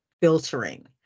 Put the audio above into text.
filtering